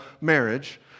marriage